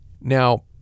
Now